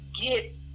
get